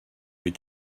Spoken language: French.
vais